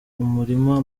umurima